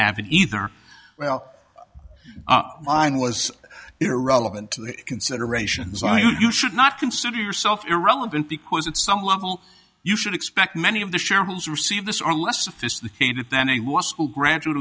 have either well i was irrelevant considerations you should not consider yourself irrelevant because at some level you should expect many of the shareholders who receive this are less sophisticated than i was school graduate